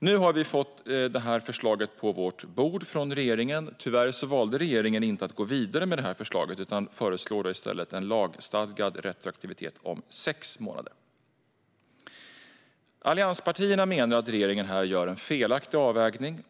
Nu har vi fått detta förslag på vårt bord från regeringen. Tyvärr valde regeringen inte att gå vidare med detta förslag utan föreslår i stället en lagstadgad retroaktivitet om sex månader. Allianspartierna menar att regeringen här gör en felaktig avvägning.